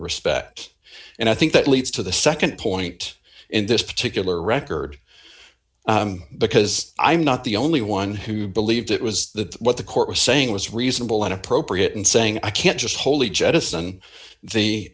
respect and i think that leads to the nd point in this particular record because i'm not the only one who believed it was that what the court was saying was reasonable and appropriate in saying i can't just totally jettison